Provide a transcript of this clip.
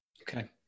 Okay